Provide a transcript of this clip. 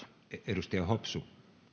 arvoisa